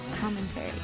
commentary